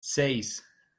seis